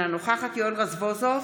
אינה נוכחת יואל רזבוזוב,